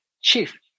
chief